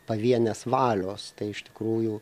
pavienės valios tai iš tikrųjų